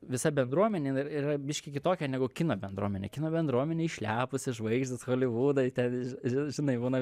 visa bendruomenė jin yra biškį kitokia negu kino bendruomenė kino bendruomenė išlepusi žvaigždės holivudai ten ži žinai būna